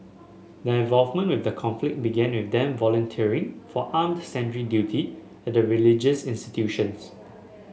their involvement with the conflict began with them volunteering for armed sentry duty at the religious institutions